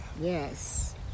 Yes